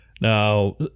Now